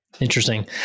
Interesting